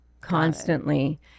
constantly